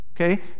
okay